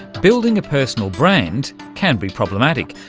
building a personal brand can be problematic,